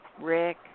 Rick